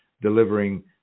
delivering